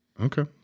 Okay